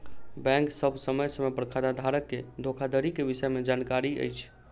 bank सभ समय समय पर खाताधारक के धोखाधड़ी के विषय में जानकारी अछि